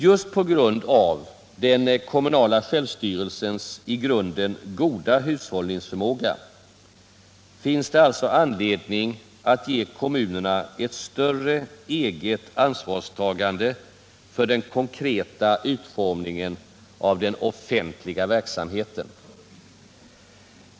Just på grund av den kommunala självstyrelsens i grunden goda hushållningsförmåga finns det alltså anledning att ge kommunerna ett större ansvarstagande för den konkreta utformningen av den offentliga verksamheten.